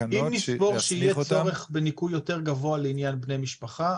אם נסבור שיהיה צורך בניכוי יותר גבוה לעניין בני משפחה,